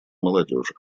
молодежи